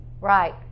Right